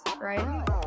right